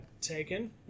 taken